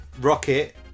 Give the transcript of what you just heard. rocket